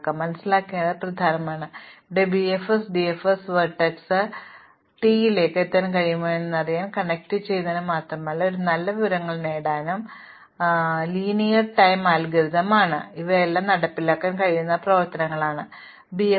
അതിനാൽ മനസ്സിലാക്കേണ്ടത് പ്രധാനമാണ് ഇവിടെ ബിഎഫ്എസും ഡിഎഫ്എസും വെർട്ടെക്സിന് ടിയിലേക്ക് എത്താൻ കഴിയുമോയെന്നറിയാൻ കണക്റ്റുചെയ്യുന്നതിന് മാത്രമല്ല നിങ്ങൾക്ക് ഒരു നല്ല വിവരങ്ങൾ നേടാനാകും ഇവ ലീനിയർ ടൈം അൽഗോരിതം ആണ് ഇവയെല്ലാം നടപ്പിലാക്കാൻ കഴിയുന്ന പ്രവർത്തനങ്ങളാണ് BFS DFS സമയത്ത്